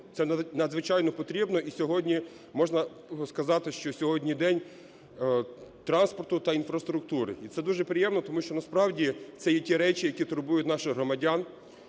це надзвичайно потрібно. І сьогодні можна сказати, що сьогодні день транспорту та інфраструктури, і це дуже приємно, тому що, насправді, це є ті речі, які турбують наших громадян.